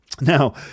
Now